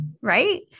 right